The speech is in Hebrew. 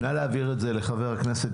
נא להעביר את זה לחבר הכנסת